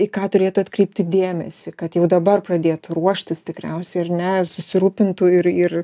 į ką turėtų atkreipti dėmesį kad jau dabar pradėtų ruoštis tikriausiai ar ne susirūpintų ir ir